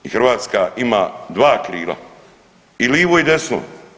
I Hrvatska ima dva krila i livo i desno.